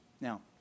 Now